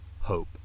hope